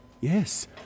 Yes